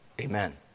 Amen